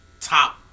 top